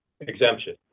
exemption